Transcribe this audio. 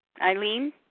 Eileen